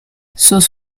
sus